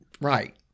Right